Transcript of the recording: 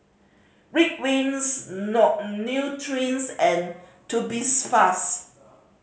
Ridwind Nutren and Tubifast